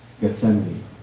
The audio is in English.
Gethsemane